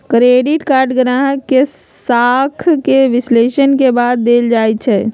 credit card गाहक के साख के विश्लेषण के बाद देल जाइ छइ